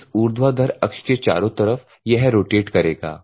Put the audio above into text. इस ऊर्ध्वाधर अक्ष के चारों तरफ यह रोटेट करेगा